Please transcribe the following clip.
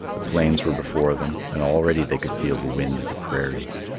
the plains were before them, and already they could feel the wind of the prairies.